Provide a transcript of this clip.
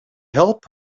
help